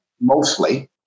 mostly